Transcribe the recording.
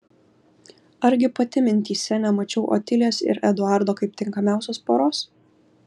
argi pati mintyse nemačiau otilijos ir eduardo kaip tinkamiausios poros